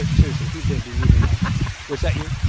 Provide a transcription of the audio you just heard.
ah seriously, who did? we need to know was that you?